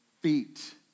feet